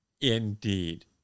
Indeed